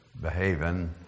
behaving